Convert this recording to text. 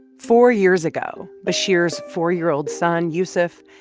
four years ago, bashir's four year old son, yusuf,